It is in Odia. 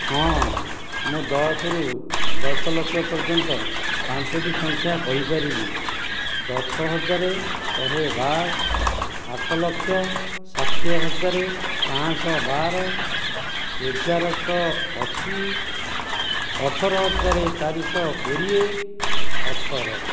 ହଁ ମୁଁ ଦଶରୁ ଦଶଲକ୍ଷ ପର୍ଯ୍ୟନ୍ତ ପାଞ୍ଚୋଟି ସଂଖ୍ୟା କହିପାରିବି ଦଶହଜାର ଶହେ ବାର ଆଠଲକ୍ଷ ଷାଠିଏ ହଜାର ପାଞ୍ଚଶହ ବାର ଏଗାରଶହ ଅଶି ଅଠରହଜାର ଚାରିଶହ କୋଡ଼ିଏ ଅଠର